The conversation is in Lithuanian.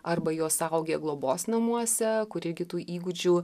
arba jos augę globos namuose kur įgytų įgūdžių